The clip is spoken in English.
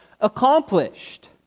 accomplished